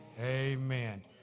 Amen